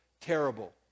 terrible